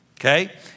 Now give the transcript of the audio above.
Okay